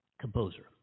composer